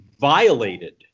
violated